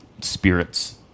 spirits